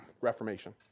Reformation